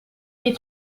les